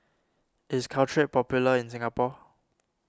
is Caltrate popular in Singapore